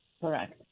Correct